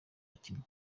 bakinnyi